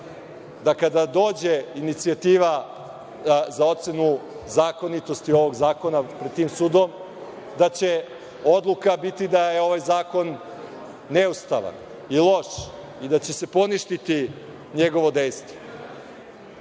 da kada dođe inicijativa za ocenu zakonitosti ovog zakona pred tim sudom, da će odluka biti da je ovaj zakon neustavan i loš i da će se poništiti njegovo dejstvo. Ali,